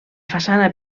façana